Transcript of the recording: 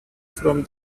from